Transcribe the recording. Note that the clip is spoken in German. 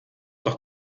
doch